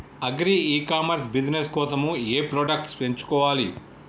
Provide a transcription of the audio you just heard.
Agri e commerce business కోసము ఏ products ఎంచుకోవాలి?